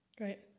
Right